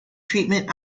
treatment